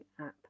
app